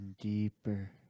deeper